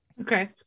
Okay